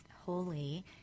holy